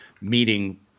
meeting